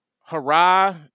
hurrah